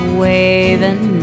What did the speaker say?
waving